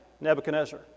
Nebuchadnezzar